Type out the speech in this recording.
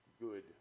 good